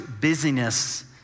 busyness